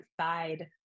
side